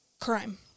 crime